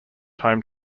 home